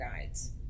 guides